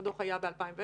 הדוח היה ב-2010,